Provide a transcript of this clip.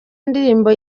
ndirimbo